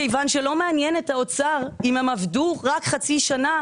כיוון שלא מעניין את האוצר אם הם עבדו רק חצי שנה,